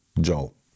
Joel